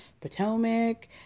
Potomac